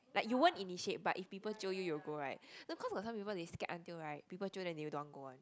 like you won't initiate but if people jio you you will go right because got some people they scared until right people jio then they don't want go one